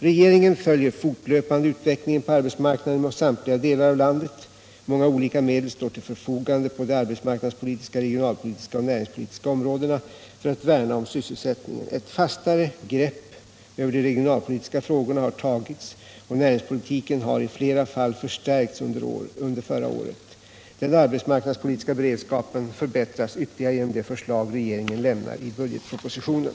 Regeringen följer fortlöpande utvecklingen på arbetsmarknaden i samtliga delar av landet. Många olika medel står till förfogande på de arbetsmarknadspolitiska, regionalpolitiska och näringspolitiska områdena för att värna om sysselsättningen. Ett fastare grepp över de regionalpolitiska frågorna har tagits och näringspolitiken har i flera fall förstärkts under förra året. Den arbetsmarknadspolitiska beredskapen förbättras ytterligare genom de förslag regeringen lämnar i budgetpropositionen.